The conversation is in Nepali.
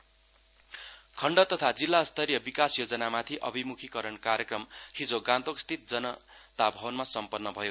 आरडीडी खण्ड तथा जिल्ला स्तरीय विकास योजनामाथि अभिमुखिकरण कार्यक्रम हिजो गान्तोकस्थित जनता भवनमा सम्पन्न भयो